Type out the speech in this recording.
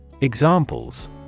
Examples